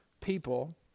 people